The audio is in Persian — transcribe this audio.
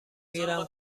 میرم